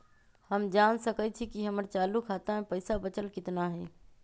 हम जान सकई छी कि हमर चालू खाता में पइसा बचल कितना हई